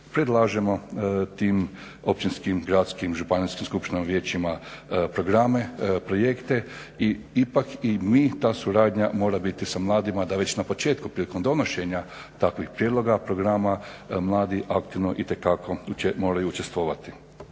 predlažemo tim općinskim, gradskim i županijskim skupštinama i vijećima programe, projekte i ipak i mi i ta suradnja mora biti sa mladima da već na početku prilikom donošenja takvih prijedloga programa mladi aktivno itekako moraju učestvovati.